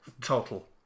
Total